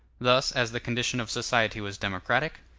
thus, as the condition of society was democratic,